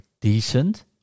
decent